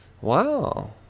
Wow